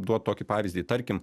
duot tokį pavyzdį tarkim